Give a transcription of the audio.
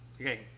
Okay